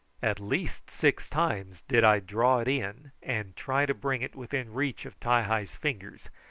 at least six times did i draw it in and try to bring it within reach of ti-hi's fingers,